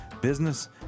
business